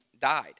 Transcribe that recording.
died